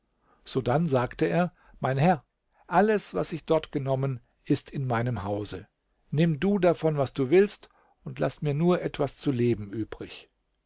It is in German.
sodann sagte er mein herr alles was ich dort genommen ist in meinem hause nimm du davon was du willst und laß mir nur etwas zu leben übrig